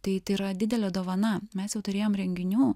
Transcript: tai yra didelė dovana mes jau turėjom renginių